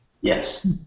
Yes